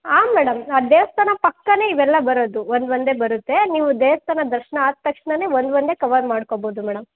ಆಂ madam ಆ ದೇವಸ್ಥಾನ ಪಕ್ಕನೇ ಇವೆಲ್ಲ ಬರೋದು ಒಂದು ಒಂದೇ ಬರುತ್ತೆ ನೀವು ದೇವಸ್ಥಾನ ದರ್ಶನ ಆದ ತಕ್ಷಣನೆ ಒಂದು ಒಂದೇ ಕವರ್ ಮಾಡ್ಕೋಬೋದು ಮೇಡಮ್